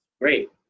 great